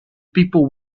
people